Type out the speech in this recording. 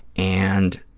and